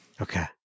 Okay